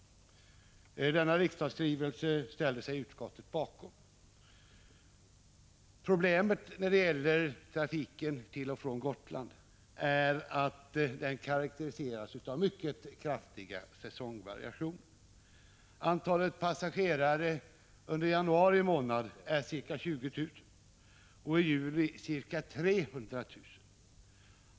Utskottet ställde sig bakom innehållet i denna regeringsskrivelse. Problemet när det gäller trafiken till och från Gotland är att den har mycket kraftiga säsongvariationer. Antalet passagerare under januari månad är ca 20 000 och i juli ca 300 000.